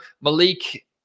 Malik